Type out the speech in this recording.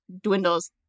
dwindles